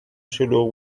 شلوغ